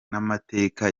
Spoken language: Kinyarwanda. n’amateka